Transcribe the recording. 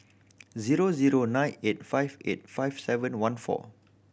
zero zero nine eight five eight five seven one four